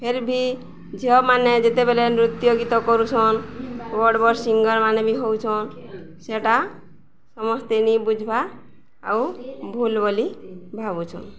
ଫେର୍ ଭି ଝିଅମାନେ ଯେତେବେଲେ ନୃତ୍ୟ ଗୀତ କରୁଛନ୍ ବଡ଼ ବଡ଼ ସିଙ୍ଗର୍ମାନେ ବି ହଉଛନ୍ ସେଇଟା ସମସ୍ତେ ନେଇ ବୁଝବା ଆଉ ଭୁଲ ବୋଲି ଭାବୁଛନ୍